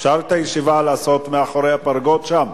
אפשר את הישיבה לעשות מאחורי הפרגוד שם?